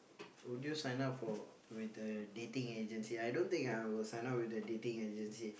would you sign up for with the dating agency I don't think I will sign up with the dating agency